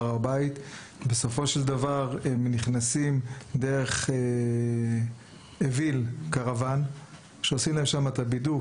בסופו של דבר הם נכנסים ועושים להם בידוק.